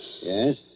Yes